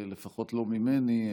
לפחות לא ממני,